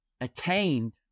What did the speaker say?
attained